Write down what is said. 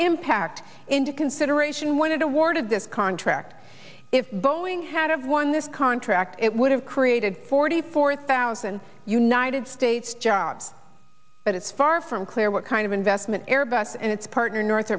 impact into consideration when it awarded this contract if boeing had of won this contract it would have created forty four thousand united states jobs but it's far from clear what kind of investment airbus and its partner north